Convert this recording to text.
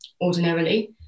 ordinarily